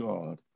God